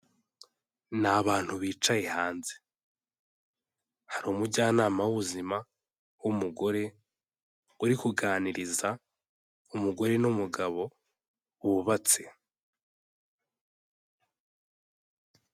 Ni abantu bicaye hanze, hari umujyanama w'ubuzima w'umugore, uri kuganiriza umugore n'umugabo bubatse.